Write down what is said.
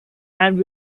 and